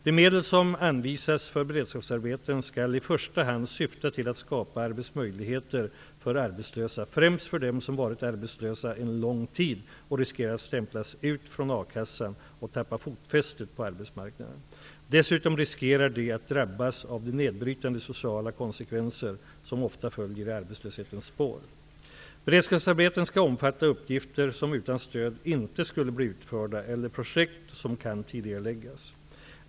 De medel som anvisas för beredskapsarbeten skall i första hand syfta till att skapa arbetsmöjligheter för arbetslösa, främst för dem som varit arbetslösa en lång tid och riskerar att stämplas ut från A kassan och tappa fotfästet på arbetsmarknaden. Dessutom riskerar de att drabbas av de nedbrytande sociala konsekvenser som ofta följer i arbetslöshetens spår. Beredskapsarbeten skall omfatta uppgifter som utan stöd inte skulle bli utförda eller projekt som kan tidigareläggas.